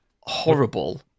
horrible